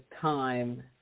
time